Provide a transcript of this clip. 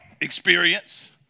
experience